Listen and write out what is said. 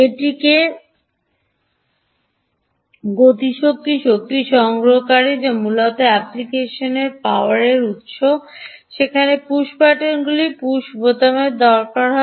একটি গতিশক্তি শক্তি সংগ্রহকারী যা মূলত অ্যাপ্লিকেশনগুলিতে পাওয়ার পাওয়ারের উত্স হয় যেখানে পুশ বাটনগুলি পুশ বোতামের দরকার হয়